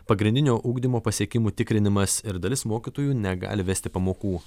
pagrindinio ugdymo pasiekimų tikrinimas ir dalis mokytojų negali vesti pamokų